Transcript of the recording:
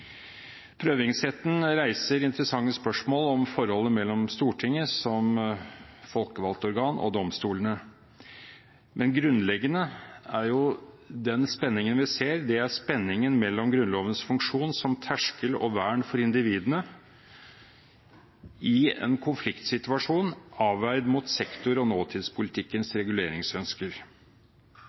Prøvingsretten reiser interessante spørsmål om forholdet mellom Stortinget som folkevalgt organ og domstolene, men det grunnleggende er jo at den spenningen vi ser, er spenningen mellom Grunnlovens funksjon som terskel og vern for individene i en konfliktsituasjon, avveid mot sektor- og nåtidspolitikkens